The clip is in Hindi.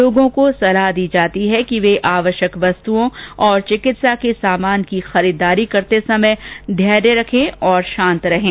लोगों को सलाह दी जाती है कि वे आवश्यक वस्तुओं और चिकित्सा के सामान की खरीदारी करते समय बैर्य रखे और शांत रहें